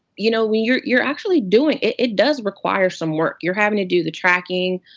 you know, when you're you're actually doing it it does require some work. you're having to do the tracking,